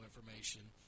information